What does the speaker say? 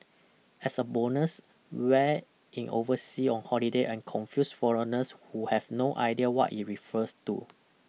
as a bonus wear in oversea on holiday and confuse foreigners who have no idea what it refers to